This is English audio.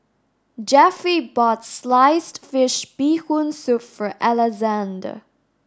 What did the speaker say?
Jeffie bought sliced fish Bee Hoon Soup for Alexandr